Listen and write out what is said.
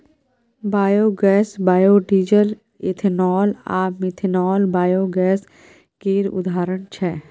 biogas, biodiesel, ethanol आ methanol biogas केर उदाहरण छै